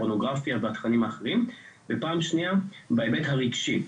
פורנוגרפיה והתכנים האחרים וההיבט השני הוא ההיבט הרגשי.